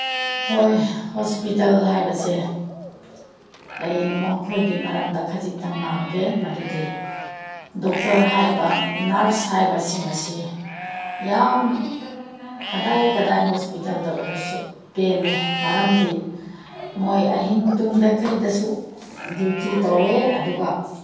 ꯍꯣꯏ ꯍꯣꯁꯄꯤꯇꯥꯜ ꯍꯥꯏꯕꯁꯦ ꯑꯩ ꯃꯈꯣꯏꯒꯤ ꯃꯔꯝꯗ ꯈꯖꯤꯛꯇꯪ ꯉꯥꯡꯒꯦ ꯃꯗꯨꯗꯤ ꯗꯣꯛꯇꯔ ꯍꯥꯏꯕ ꯅꯔꯁ ꯍꯥꯏꯕꯁꯤꯡ ꯑꯁꯤ ꯌꯥꯝ ꯀꯗꯥꯏ ꯀꯗꯥꯏ ꯍꯣꯁꯄꯤꯇꯥꯜꯗ ꯑꯣꯏꯔꯁꯨ ꯄꯦꯜꯂꯦ ꯃꯔꯝꯗꯤ ꯃꯣꯏ ꯑꯍꯤꯡ ꯇꯝꯗꯈꯩꯗꯁꯨ ꯗ꯭ꯌꯨꯇꯤ ꯇꯧꯋꯦ ꯑꯗꯨꯒ